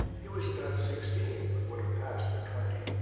he was about sixteen, but would have passed for twenty.